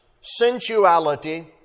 sensuality